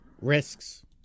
risks